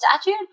statute